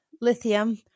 lithium